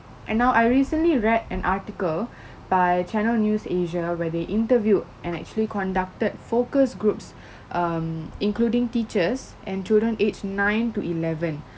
and now I recently read an article by channel news asia where they interviewed and actually conducted focus groups um including teachers and children aged nine to eleven